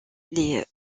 les